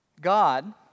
God